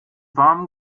warmen